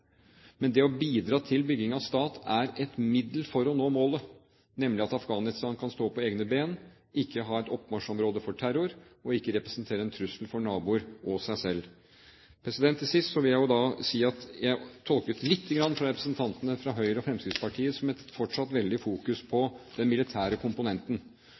å bidra til bygging av stat er et middel for å nå målet, nemlig at Afghanistan kan stå på egne ben, ikke ha et oppmarsjområde for terror, og ikke representere en trussel for naboer og seg selv. Til sist vil jeg si at jeg tolket representantene fra Høyre og Fremskrittspartiet litt slik at man fortsatt har et veldig fokus på den militære komponenten.